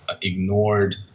ignored